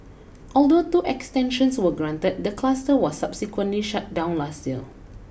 although two extensions were granted the cluster was subsequently shut down last year